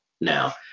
Now